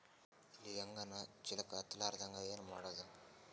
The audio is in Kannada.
ಇಲಿ ಹೆಗ್ಗಣ ಚೀಲಕ್ಕ ಹತ್ತ ಲಾರದಂಗ ಏನ ಮಾಡದ?